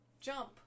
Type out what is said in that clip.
jump